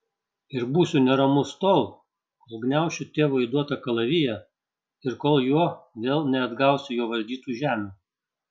ir būsiu neramus tol kol gniaušiu tėvo įduotą kalaviją ir kol juo vėl neatgausiu jo valdytų žemių